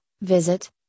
visit